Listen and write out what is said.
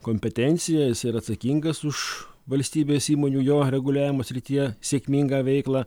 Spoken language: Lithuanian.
kompetencija jisai yra atsakingas už valstybės įmonių jo reguliavimo srityje sėkmingą veiklą